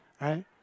right